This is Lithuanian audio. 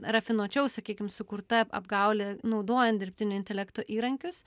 rafinuočiau sakykim sukurta apgaulė naudojant dirbtinio intelekto įrankius